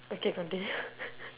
okay continue